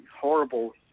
horrible